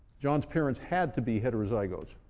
john's parents had to be heterozygotes.